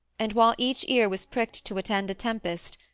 and while each ear was pricked to attend a tempest,